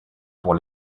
pour